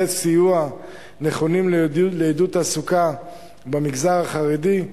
סיוע נכונים לעידוד תעסוקה במגזר החרדי.